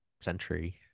century